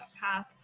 path